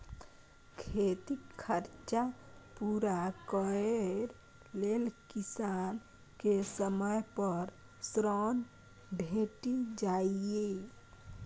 खेतीक खरचा पुरा करय लेल किसान केँ समय पर ऋण भेटि जाइए